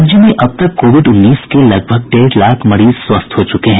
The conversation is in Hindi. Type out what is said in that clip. राज्य में अब तक कोविड उन्नीस के लगभग डेढ़ लाख मरीज स्वस्थ हो चुके हैं